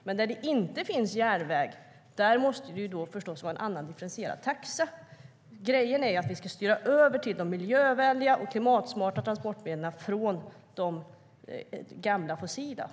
Men där det inte finns järnväg måste det vara en annan, differentierad taxa. Grejen är att vi ska styra över till de miljövänliga och klimatsmarta transportmedlen från de gamla, fossila.